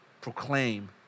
proclaim